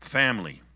family